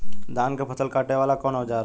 धान के फसल कांटे वाला कवन औजार ह?